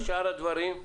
ושאר הדברים?